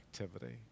activity